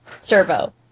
Servo